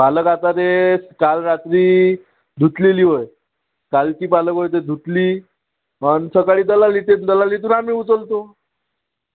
पालक आता ते काल रात्री धुतलेली होय कालची पालक होय ती धुतली आणि सकाळी दलाली ते दलालीतून आम्ही उचलतो